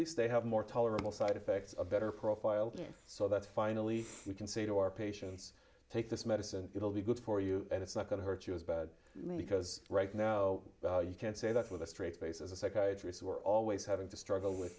least they have more tolerable side effects of better profile so that finally we can say to our patients take this medicine it will be good for you and it's not going to hurt you about me because right now you can say that with a straight face as a psychiatrist we're always having to struggle with